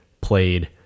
played